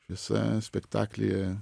šviesa spektaklyje